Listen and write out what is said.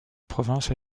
province